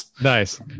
Nice